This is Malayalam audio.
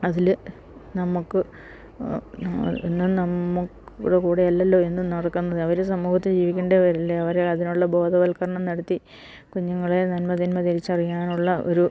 അതില് നമുക്ക് എന്നും നമ്മുടെ കൂടെയല്ലല്ലോ എന്നും നടക്കുന്നത് അവര് സമൂഹത്തില് ജീവിക്കേണ്ടവരല്ലെ അവരെ അതിനുള്ള ബോധവൽക്കരണം നടത്തി കുഞ്ഞുങ്ങളെ നന്മ തിന്മ തിരിച്ചറിയാനുള്ളൊരു